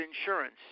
insurance